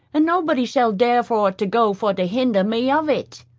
and nobody shall dare for to go for to hinder me of it.